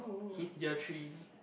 he's year three